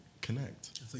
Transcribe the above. connect